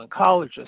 oncologist